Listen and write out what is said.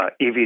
EV